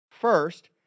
First